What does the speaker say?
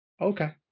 okay